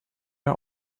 are